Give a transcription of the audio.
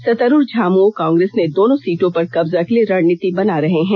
सत्तारूढ झामुमो कांग्रेस ने दोनो सीटों पर कब्जा के लिए रणनीति बना रहे हैं